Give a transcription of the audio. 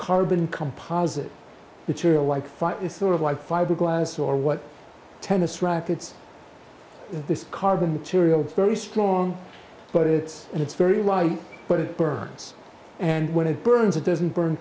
carbon composite material like flight is sort of like fiberglass or what tennis rackets this carbon material very strong but it's and it's very light but it burns and when it burns it doesn't burn